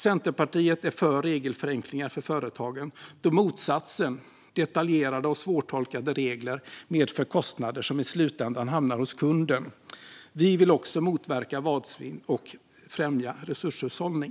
Centerpartiet är för regelförenklingar för företagen, eftersom motsatsen, alltså detaljerade och svårtolkade regler, medför kostnader som i slutändan hamnar hos kunden. Vi vill också motverka matsvinn och främja resurshushållning.